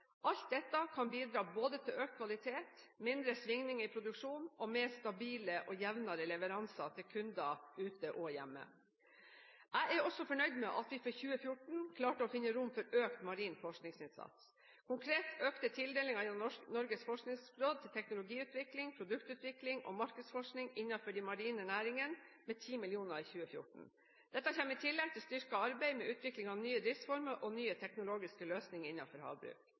Alt dette kan bidra til både økt kvalitet, mindre svingninger i produksjonen og jevnere og mer stabile leveranser til kunder ute og hjemme. Jeg er også fornøyd med at vi for 2014 klarte å finne rom for økt marin forskningsinnsats. Konkret økte tildelingen gjennom Norges forskningsråd til teknologiutvikling, produktutvikling og markedsforskning innenfor de marine næringene med 10 mill. kr i 2014. Dette kommer i tillegg til styrket arbeid med utvikling av nye driftsformer og nye teknologiske løsninger innenfor havbruk.